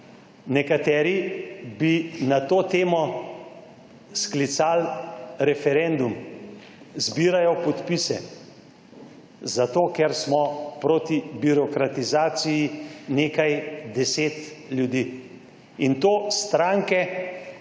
nekateri na to temo sklicali referendum, zbirajo podpise, ker smo proti birokratizaciji nekaj deset ljudi. In to stranke,